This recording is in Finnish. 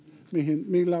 millä